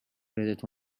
credit